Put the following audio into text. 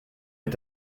est